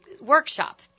workshop